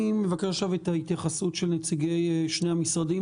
אני מבקש את ההתייחסות של נציגי שני המשרדים,